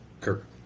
Kirk